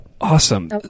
Awesome